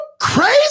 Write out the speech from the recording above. crazy